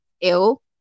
ill